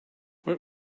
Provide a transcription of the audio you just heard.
what